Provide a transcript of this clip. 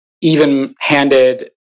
even-handed